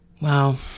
Wow